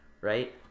right